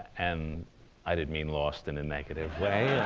and i didn't mean lost in a negative way,